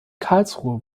karlsruhe